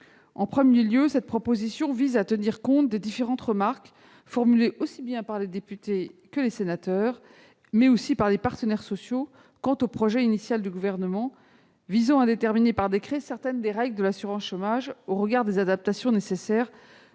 ? Premièrement, l'amendement vise à tenir compte des différentes remarques formulées aussi bien par les députés que par les sénateurs, mais aussi par les partenaires sociaux, sur le projet initial du Gouvernement qui tend à déterminer par décret certaines des règles de l'assurance chômage au regard des adaptations jugées nécessaires,